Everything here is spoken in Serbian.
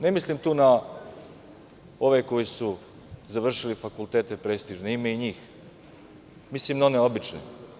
Ne mislim tu na ove koji su završili prestižne fakultete, ima i njih, mislim na one obične.